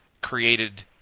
created